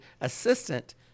assistant